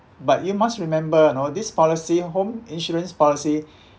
but you must remember you know this policy home insurance policy